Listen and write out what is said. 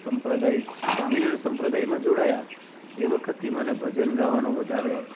સંપ્રદાય સ્વામીનારાયણ સંપ્રદાયમાં જોડાયા એ વખતથી મને ભજન ગાવાનો વધારે